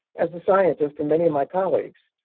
as a scientist, and many of my colleagues,